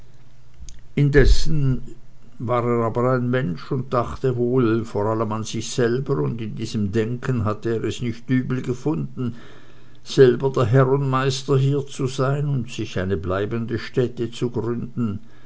war er aber ein mensch und dachte daher vor allem an sich selber und in diesem denken hatte er es nicht übel gefunden selber der herr und meister hier zu sein und sich eine bleibende stätte zu gründen